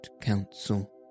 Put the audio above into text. council